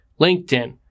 LinkedIn